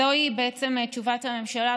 זוהי תשובת הממשלה,